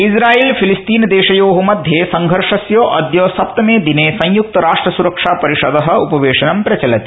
शइजरायल फिलस्तीनदेशयो मध्ये संघर्षस्य अदय सप्तमे दिने संयुक्त राष्ट्र सुरक्षा परिषद उपवेशनं प्रचलति